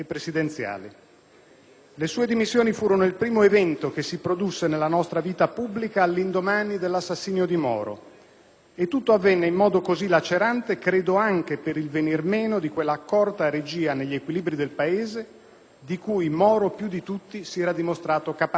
Le sue dimissioni furono il primo evento che si produsse nella nostra vita pubblica all'indomani dell'assassinio di Moro, e tutto avvenne in modo così lacerante, credo anche per il venir meno di quell'accorta regia negli equilibri del Paese di cui Moro, più di tutti, si era dimostrato capace in quegli anni.